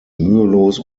mühelos